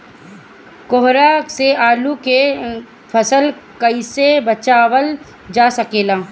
कोहरा से आलू के फसल कईसे बचावल जा सकेला?